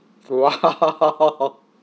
!wah!